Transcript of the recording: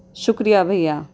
شکریہ بھیا